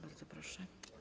Bardzo proszę.